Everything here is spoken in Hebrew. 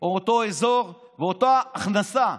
או אותו אזור ואותה הכנסה,